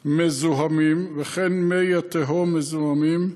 מזוהמים, וכן מי התהום מזוהמים,